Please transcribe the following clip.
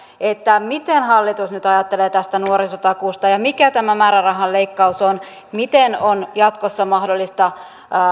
miten hallitus nyt ajattelee tästä nuorisotakuusta ja mikä tämä määrärahan leikkaus on ja miten jatkossa on mahdollista